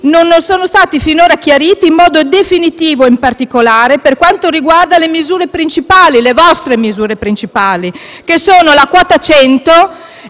non sono stati finora chiariti in modo definitivo. Questo in particolare per quanto riguarda le vostre misure principali, che sono la quota 100